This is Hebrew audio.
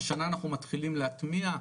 השנה אנחנו מתחילים להטמיע,